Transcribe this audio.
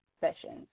sessions